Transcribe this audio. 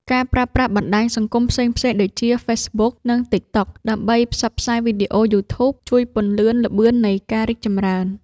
ការប្រើប្រាស់បណ្តាញសង្គមផ្សេងៗដូចជា ហ្វេសប៊ុក និង តិក តុក ដើម្បីផ្សព្វផ្សាយវីដេអូ យូធូប ជួយពន្លឿនល្បឿននៃការរីកចម្រើន។